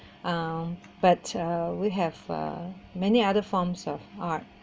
um but uh we have uh many other forms of art